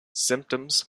symptoms